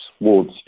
wards